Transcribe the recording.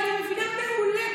אל תדאג, אני מבינה מעולה כל מילה.